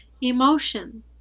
emotion